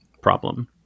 problem